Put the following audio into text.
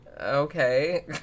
okay